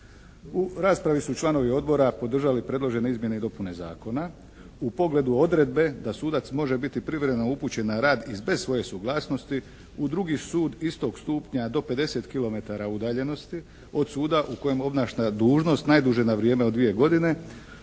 U raspravi su članovi odbora podržali predložene izmjene i dopune zakona, u pogledu odredbe da sudac može biti privremeno upućen na rad i bez svoje suglasnosti u drugi sud istog stupnja do 50 kilometara udaljenosti od suda u kojem obnaša dužnost, najdulje na vrijeme od 2 godine.